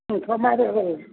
ସମ୍ବାଦରେ କରିବ